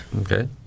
Okay